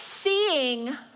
seeing